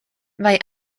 vai